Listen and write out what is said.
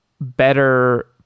better